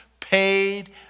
paid